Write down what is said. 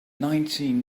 nineteen